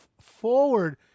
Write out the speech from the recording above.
forward